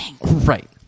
Right